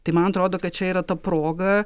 tai man atrodo kad čia yra ta proga